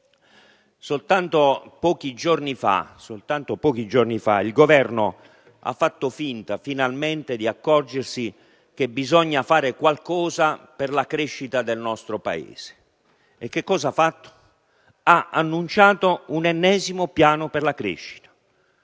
Soltanto pochi giorni fa il Governo ha fatto finta, finalmente, di accorgersi che bisogna fare qualcosa per la crescita del nostro Paese e ha annunciato l'ennesimo piano per la crescita.